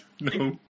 No